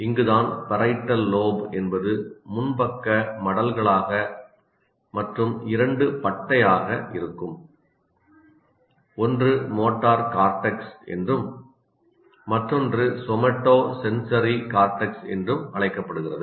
இங்குதான் parietal lobe என்பது முன்பக்க மடல்களாக மற்றும் இரண்டு பட்டையாக இருக்கும் ஒன்று மோட்டார் கார்டெக்ஸ் என்றும் மற்றொன்று சோமாடோசென்சரி கார்டெக்ஸ் என்றும் அழைக்கப்படுகிறது